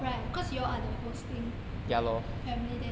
right cause you all are the hosting family then